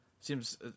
seems